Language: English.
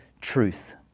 truth